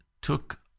took